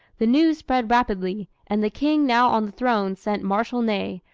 the news spread rapidly, and the king now on the throne sent marshal ney,